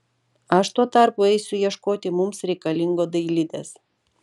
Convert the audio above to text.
aš tuo tarpu eisiu ieškoti mums reikalingo dailidės